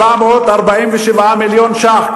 447 מיליון שקלים,